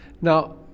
Now